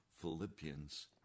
Philippians